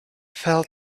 fell